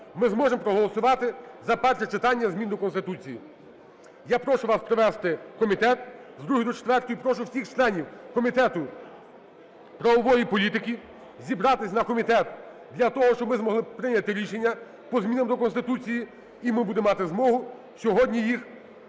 ми зможемо проголосувати за перше читання змін до Конституції. Я прошу вас провести комітет з 2-ї до 4-ї. І прошу всіх членів Комітету правової політики зібратись на комітет для того, щоб ми змогли прийняти рішення по змінам до Конституції, і ми будемо мати змогу сьогодні їх